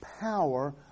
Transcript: power